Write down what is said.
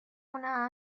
una